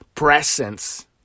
presence